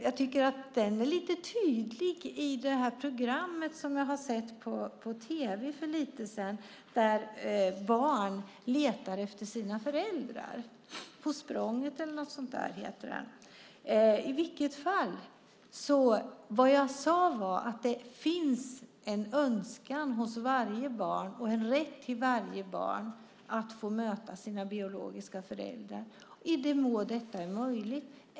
Jag tycker att den var lite tydlig i programmet Spårlöst , som jag såg på tv för lite sedan, där barn letar efter sina föräldrar. Vad jag sade var att det finns en önskan hos varje barn och en rätt för varje barn att få möta sina biologiska föräldrar i den mån detta är möjligt.